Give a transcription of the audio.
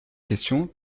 question